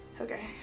Okay